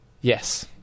Yes